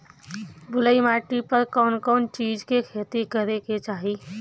बलुई माटी पर कउन कउन चिज के खेती करे के चाही?